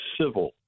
civil